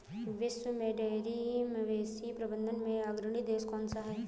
विश्व में डेयरी मवेशी प्रबंधन में अग्रणी देश कौन सा है?